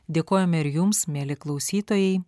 dėkojame ir jums mieli klausytojai